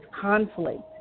conflict